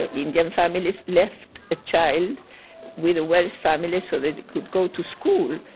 indian families, left a child with a welsh family so they could go to school.